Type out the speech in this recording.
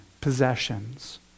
possessions